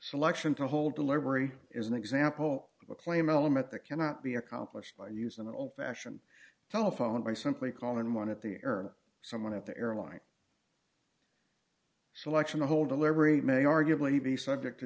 selection to hold deliberate is an example of a claim element that cannot be accomplished by using the old fashion telephone by simply calling one of the earth or someone at the airline selection the whole deliberate may arguably be subject to